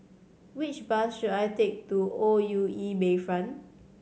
which bus should I take to O U E Bayfront